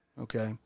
okay